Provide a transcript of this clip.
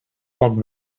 poc